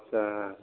आदसा